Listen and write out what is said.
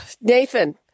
Nathan